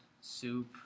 soup